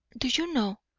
do you know,